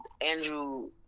Andrew